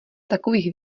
takových